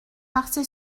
parçay